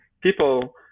people